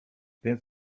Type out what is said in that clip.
więc